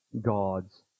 God's